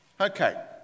Okay